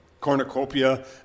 cornucopia